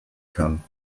kann